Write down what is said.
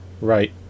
Right